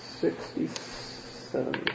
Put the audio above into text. Sixty-seven